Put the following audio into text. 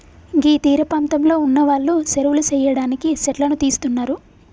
గీ తీరపాంతంలో ఉన్నవాళ్లు సెరువులు సెయ్యడానికి సెట్లను తీస్తున్నరు